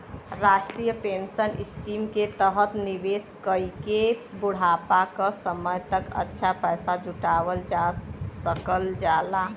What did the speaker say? राष्ट्रीय pension scheme के तहत निवेश कइके बुढ़ापा क समय तक अच्छा पैसा जुटावल जा सकल जाला